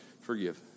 forgive